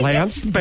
Lance